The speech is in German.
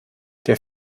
der